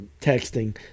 texting